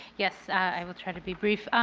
yes, i will try to be belief,